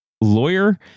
lawyer